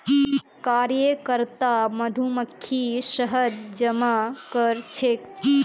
कार्यकर्ता मधुमक्खी शहद जमा करछेक